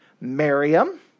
Miriam